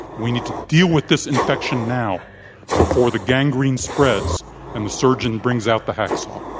we need to deal with this infection now before the gangrene spreads and the surgeon brings out the hacksaw.